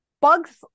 Bugs